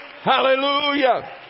Hallelujah